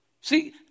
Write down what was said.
See